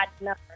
number